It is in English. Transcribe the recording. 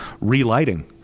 relighting